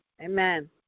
Amen